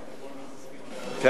לאט,